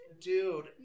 dude